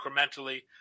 incrementally